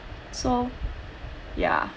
so ya